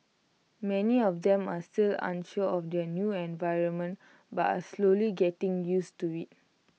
many of them are still unsure of their new environment but are slowly getting used to IT